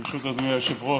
ברשות אדוני היושב-ראש,